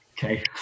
Okay